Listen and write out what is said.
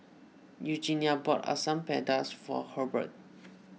Eugenia bought Asam Pedas for Hurbert